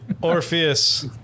Orpheus